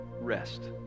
Rest